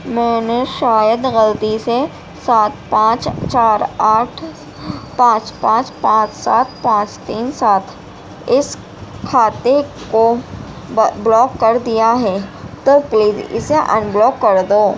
میں نے شاید غلطی سے سات پانچ چار آٹھ پانچ پانچ پانچ سات پانچ تین سات اس کھاتے کو بلاک کر دیا ہے تو پلیز اسے انبلاک کر دو